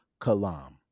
Kalam